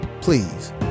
please